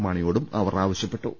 മാണിയോടും അവർ ആവശ്യപ്പെട്ടു